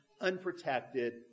unprotected